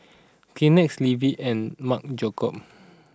Kleenex Levi's and Marc Jacobs